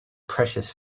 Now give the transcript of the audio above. precious